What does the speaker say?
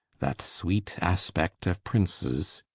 that sweet aspect of princes,